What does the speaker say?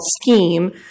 scheme